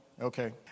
Okay